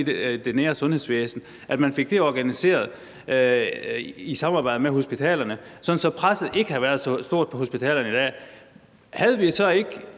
i det nære sundhedsvæsen, organiseret i samarbejde med hospitalerne, sådan at presset ikke havde været så stort på hospitalerne i dag, havde det så ikke